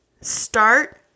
Start